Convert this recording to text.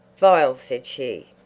vile, said she.